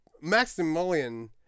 Maximilian